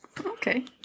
Okay